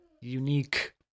unique